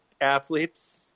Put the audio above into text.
athletes